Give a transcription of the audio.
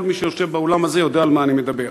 כל מי שיושב באולם הזה יודע על מה אני מדבר.